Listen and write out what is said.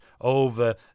over